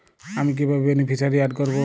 আমি কিভাবে beneficiary add করব?